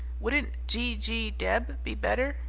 wouldn't g g. deb be better?